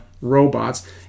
robots